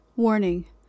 Warning